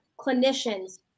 clinicians